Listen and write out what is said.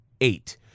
Eight